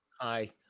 Hi